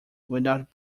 without